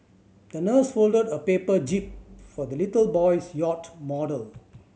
the nurse folded a paper jib for the little boy's yacht model